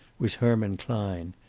was herman klein,